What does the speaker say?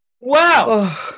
Wow